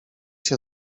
się